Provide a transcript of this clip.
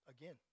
again